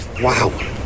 wow